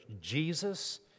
Jesus